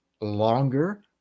longer